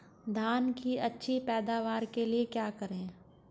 धान की अच्छी पैदावार के लिए क्या करें?